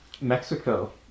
mexico